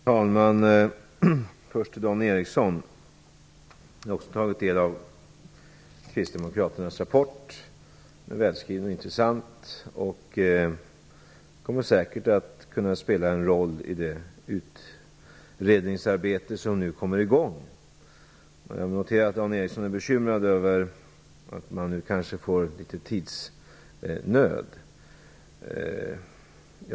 Fru talman! Först vill jag vända mig till Dan Ericsson. Jag har också tagit del av kristdemokraternas rapport. Den är välskriven och intressant och kommer säkert att kunna spela en roll i det utredningsarbete som nu kommer i gång. Jag noterar att Dan Ericsson är bekymrad över att man nu kanske får litet tidsnöd.